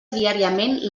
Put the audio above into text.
diàriament